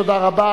תודה רבה.